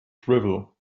drivel